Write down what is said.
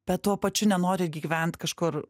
bet tuo pačiu nenori irgi gyvent kažkur